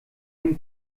dem